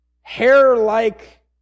hair-like